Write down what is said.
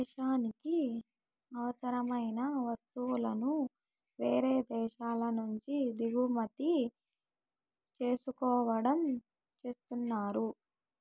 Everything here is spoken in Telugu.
దేశానికి అవసరమైన వస్తువులను వేరే దేశాల నుంచి దిగుమతి చేసుకోవడం చేస్తున్నారు